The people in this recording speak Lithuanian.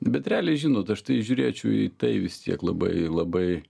bet realiai žinot aš tai žiūrėčiau į tai vis tiek labai labai